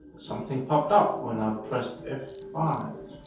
something popped up when i pressed f five.